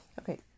okay